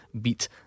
Beat